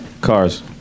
Cars